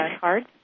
card